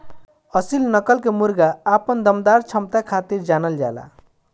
असील नस्ल के मुर्गा अपना दमदार क्षमता खातिर जानल जाला